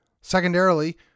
Secondarily